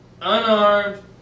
Unarmed